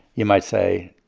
you might say,